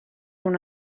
una